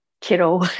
kiddo